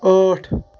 ٲٹھ